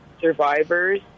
survivors